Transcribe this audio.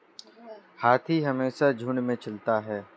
हाथी हमेशा झुंड में चलता है